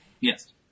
Yes